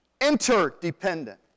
Interdependent